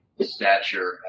stature